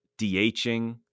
DHing